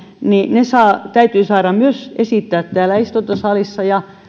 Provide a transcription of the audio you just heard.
ne täytyy saada myös esittää täällä istuntosalissa ja